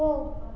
போ